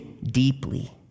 deeply